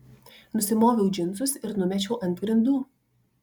nusimoviau džinsus ir numečiau ant grindų